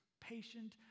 patient